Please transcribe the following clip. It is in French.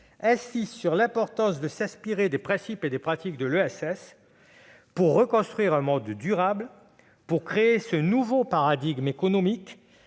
soulignent l'importance de s'inspirer des principes et pratiques de l'ESS pour reconstruire un monde durable, afin de créer ce nouveau paradigme économique